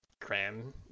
cram